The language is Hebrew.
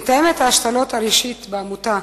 מתאמת ההשתלות הראשית בעמותה,